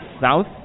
south